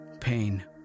pain